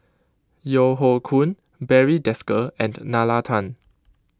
Yeo Hoe Koon Barry Desker and Nalla Tan